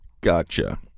Gotcha